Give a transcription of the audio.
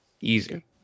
Easy